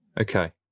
Okay